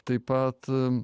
taip pat